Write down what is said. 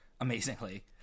amazingly